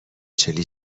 چلی